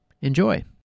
Enjoy